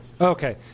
Okay